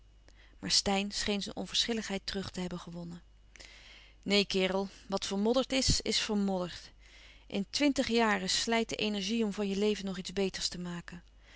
maar steyn scheen zijn onverschilligheid terug te hebben gewonnen neen kerel wat vermodderd is is vermodderd in twintig jaren slijt de energie om van je leven nog iets beters te maken